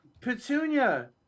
Petunia